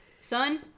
Son